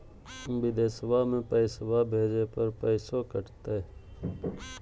बिदेशवा मे पैसवा भेजे पर पैसों कट तय?